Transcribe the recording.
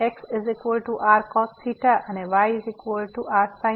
xrcos અને yrsin